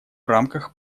рамках